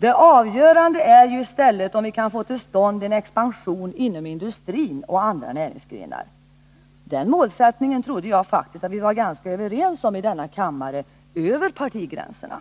Det avgörande är ju i stället om vi kan få till stånd en expansion inom industrin och andra näringsgrenar. Den målsättningen trodde jag faktiskt att vi var ganska överens om i denna kammare, över partigränserna.